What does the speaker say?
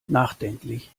nachdenklich